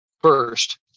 First